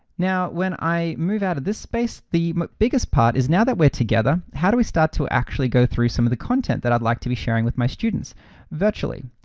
now when i move out of this space, the biggest part is now that we're together, how do we start to actually go through some of the content that i'd like to be sharing with my students virtually?